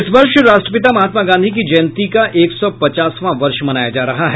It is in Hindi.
इस वर्ष राष्ट्रपिता महात्मा गांधी की जयंती का एक सौ पचासवां वर्ष मनाया जा रहा है